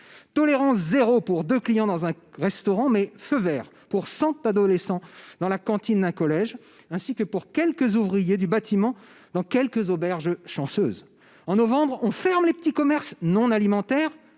Tolérance zéro pour deux clients dans un restaurant, mais feu vert pour cent adolescents dans la cantine d'un collège, ainsi que pour quelques ouvriers du bâtiment dans quelques auberges chanceuses. Au mois de novembre dernier, on ferme les petits commerces non alimentaires